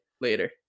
later